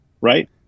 right